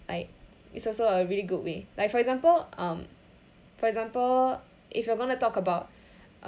like it's also a really good way like for example um for example if you're going to talk about